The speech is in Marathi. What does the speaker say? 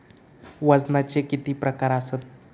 वजनाचे किती प्रकार आसत?